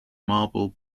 marble